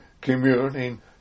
communing